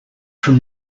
from